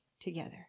together